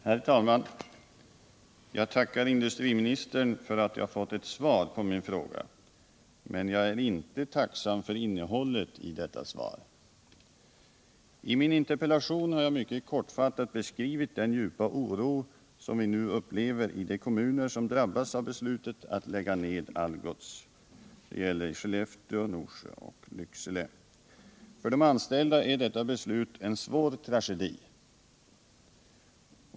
Herr talman! Jag tackar industriministern för att jag fått ett svar på min interpellation, men jag är inte tacksam för innehållet i detta svar. I min interpellation har jag mycket kortfattat beskrivit den djupa oro som nu råder ide kommuner som drabbas av beslutet att lägga ner Algots fabriker i Skellefteå, Norsjö och Lycksele. För de anställda innebär detta beslut en stor tragedi.